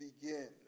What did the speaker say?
begin